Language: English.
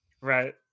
Right